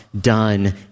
done